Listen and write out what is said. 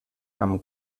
amb